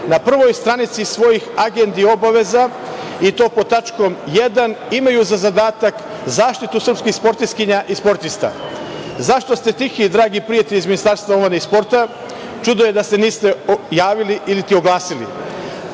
na prvoj stranici svojih agendi i obaveza, i to pod tačkom 1. imaju za zadatak zaštitu srpskih sportistkinja i sportista.Zašto ste tihi dragi prijatelji, iz Ministarstva omladine i sporta, čudo je da se niste javili ili oglasili?